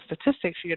statistics